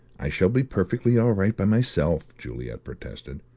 i shall be perfectly all right by myself, juliet protested.